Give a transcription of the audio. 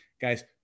guys